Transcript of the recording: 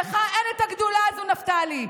לך אין את הגדולה הזו, נפתלי.